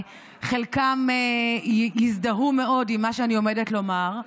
חלקם יזדהו מאוד עם מה שאני עומדת לומר.